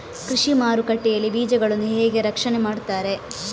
ಕೃಷಿ ಮಾರುಕಟ್ಟೆ ಯಲ್ಲಿ ಬೀಜಗಳನ್ನು ಹೇಗೆ ರಕ್ಷಣೆ ಮಾಡ್ತಾರೆ?